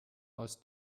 aus